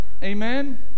Amen